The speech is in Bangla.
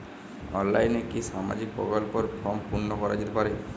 অনলাইনে কি সামাজিক প্রকল্পর ফর্ম পূর্ন করা যেতে পারে?